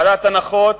ועדת ההנחות,